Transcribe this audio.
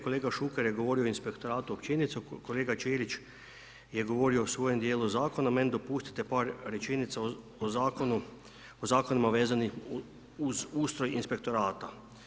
Kolega Šuker je govorio o inspektoratu općenito, kolega Ćelić je govorio o svojem dijelu zakona, meni dopustite par rečenica o Zakonima vezanim uz ustroj inspektorata.